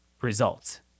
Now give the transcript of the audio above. results